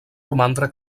romandre